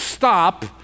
stop